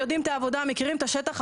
מכירים את השטח,